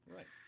Right